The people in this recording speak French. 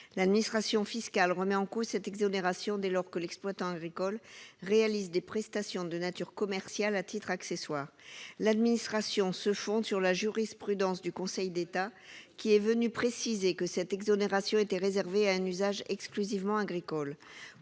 l'administration fiscale remet en cause cette exonération dès lors que l'exploitant agricole réalise des prestations de nature commerciale à titre accessoire. L'administration se fonde sur la jurisprudence du Conseil d'État, qui est venue préciser que cette exonération était réservée à un usage exclusivement agricole.